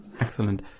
Excellent